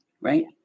Right